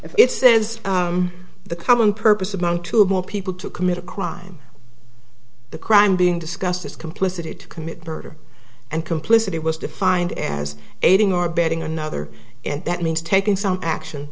the it says the common purpose among two or more people to commit a crime the crime being discussed is complicity to commit murder and complicity was defined as aiding or abetting another and that means taking some action